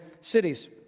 cities